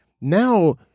now